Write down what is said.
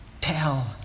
tell